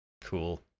Cool